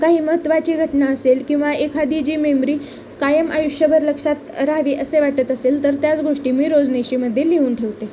काही महत्त्वाची घटना असेल किंवा एखादी जी मेमरी कायम आयुष्यभर लक्षात राहावी असे वाटत असेल तर त्याच गोष्टी मी रोजनिशीमध्ये लिहून ठेवते